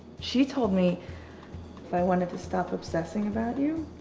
she told me if i wanted to stop obsessing about you,